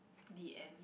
the end